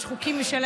יש חוקים משלהם,